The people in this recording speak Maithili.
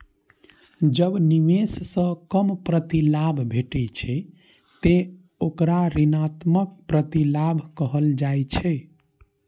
जब निवेश सं कम प्रतिलाभ भेटै छै, ते ओकरा ऋणात्मक प्रतिलाभ कहल जाइ छै